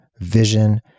vision